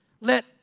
Let